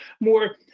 more